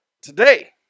today